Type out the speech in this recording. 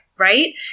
right